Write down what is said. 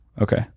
Okay